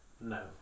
No